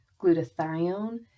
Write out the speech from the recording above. glutathione